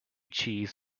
cheese